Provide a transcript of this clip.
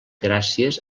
gràcies